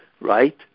right